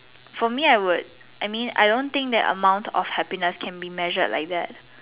for me I would I mean I don't think that amount of happiness can be measured like that